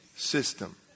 System